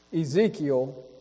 Ezekiel